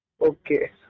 Okay